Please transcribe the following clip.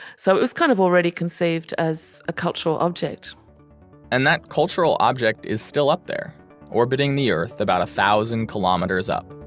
so it was kind of already conceived as a cultural object and that cultural object is still up there orbiting the earth, about a thousand kilometers up.